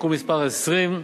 (תיקון מס' 20)